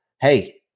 Hey